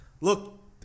look